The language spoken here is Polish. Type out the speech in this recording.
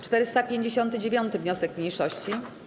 459. wniosek mniejszości.